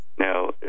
Now